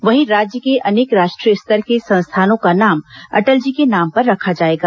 वहीं राज्य के अनेक राष्ट्रीय स्तर के संस्थानों का नाम अटल जी के नाम पर रखा जाएगा